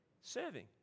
Serving